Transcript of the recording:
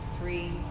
Three